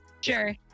sure